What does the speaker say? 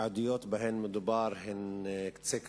העדויות שבהן מדובר הן קצה קרחון.